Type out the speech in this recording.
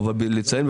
אבל לציין,